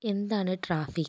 എന്താണ് ട്രാഫിക്ക്